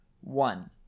one